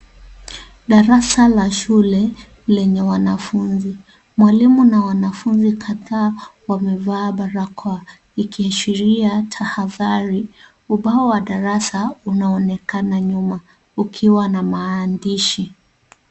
Darasa la shule lenye wanafunzi. Mwalimu na wanafunzi kadhaa wamevaa barakoa, ikiashiria tahadhari. Ubao wa darasa unaonekana nyuma ukiwa na maandishi.